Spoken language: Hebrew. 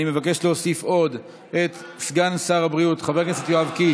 ואני מבקש להוסיף עוד את סגן שר הבריאות חבר הכנסת יואב קיש,